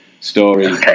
story